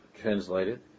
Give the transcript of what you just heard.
translated